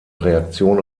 reaktion